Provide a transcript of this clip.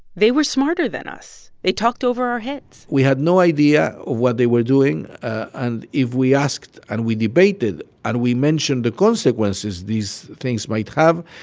they were smarter than us. they talked over our heads we had no idea what they were doing. and if we asked and we debated and we mentioned the consequences these things might have,